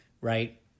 right